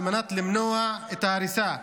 על מנת למנוע את ההריסה.